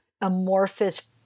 amorphous